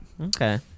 Okay